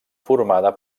formada